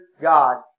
God